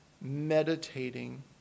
meditating